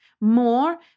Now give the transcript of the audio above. more